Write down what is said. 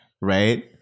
right